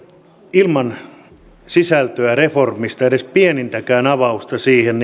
ilman sisältöä reformista ei edes pienintäkään avausta siihen